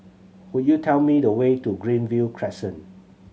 could you tell me the way to Greenview Crescent